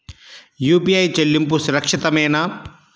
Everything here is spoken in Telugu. యూ.పీ.ఐ చెల్లింపు సురక్షితమేనా?